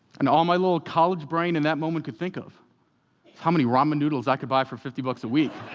and all my little college brain in that moment could think of was how many ramen noodles i could buy for fifty bucks a week.